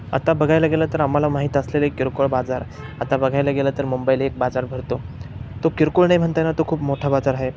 आता बघायला गेलं तर आम्हाला माहीत असलेले एक किरकोळ बाजार आता बघायला गेलं तर मुंबईला एक बाजार भरतो तो किरकोळ नाही म्हणता येणार तो खूप मोठा बाजार आहे